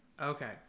okay